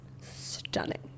stunning